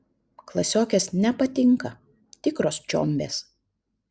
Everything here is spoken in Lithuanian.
klasiokės nepatinka tikros čiombės